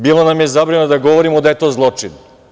Bilo nam je zabranjeno da govorimo da je to zločin.